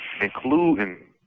including